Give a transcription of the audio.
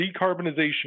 decarbonization